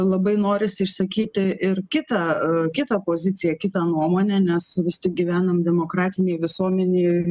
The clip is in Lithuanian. labai norisi išsakyti ir kitą kitą poziciją kitą nuomonę nes vis tik gyvenam demokratinėj visuomenėj